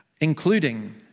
including